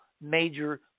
major